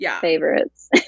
favorites